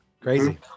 crazy